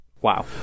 Wow